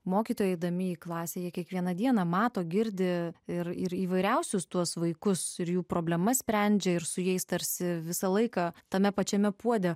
mokytojai eidami į klasę jie kiekvieną dieną mato girdi ir ir įvairiausius tuos vaikus ir jų problemas sprendžia ir su jais tarsi visą laiką tame pačiame puode